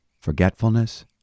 Forgetfulness